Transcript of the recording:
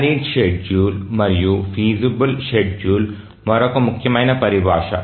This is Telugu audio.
వ్యాలీడ్ షెడ్యూల్ మరియు ఫీజబల్ షెడ్యూల్ మరొక ముఖ్యమైన పరిభాష